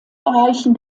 erreichen